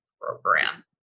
program